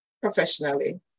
professionally